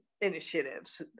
initiatives